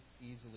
easily